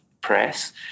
press